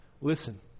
listen